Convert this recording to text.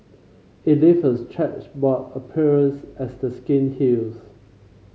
it leaves a chequerboard appearance as the skin heals